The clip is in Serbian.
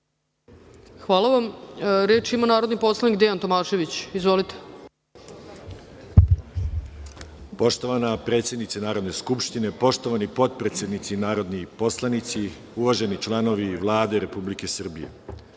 Hvala vam. Reč ima narodni poslanik Dejan Tomašević. Izvolite. **Dejan Tomašević** Poštovana predsednice Narodne skupštine, poštovani potpredsednici i narodni poslanici, uvaženi članovi Vlade Republike Srbije,